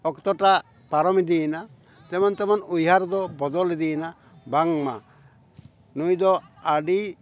ᱚᱠᱛᱚᱴᱟᱜ ᱯᱟᱨᱚᱢ ᱤᱫᱤᱭᱮᱱᱟ ᱛᱮᱢᱚᱱ ᱛᱮᱢᱚᱱ ᱩᱭᱦᱟᱹᱨ ᱫᱚ ᱵᱚᱫᱚᱞ ᱤᱫᱤᱭᱮᱱᱟ ᱵᱟᱝᱼᱢᱟ ᱱᱩᱭ ᱫᱚ ᱟᱹᱰᱤ